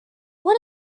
what